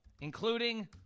including